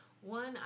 one